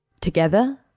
Together